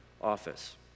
office